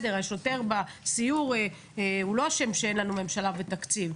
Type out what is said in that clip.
השוטר בסיור לא אשם שאין לנו ממשלה ותקציב,